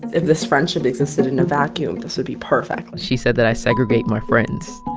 if this friendship existed in a vacuum, this would be perfect she said that i segregate my friends.